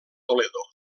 toledo